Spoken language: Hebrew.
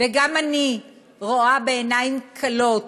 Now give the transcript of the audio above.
וגם אני רואה בעיניים כלות